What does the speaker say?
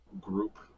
group